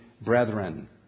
brethren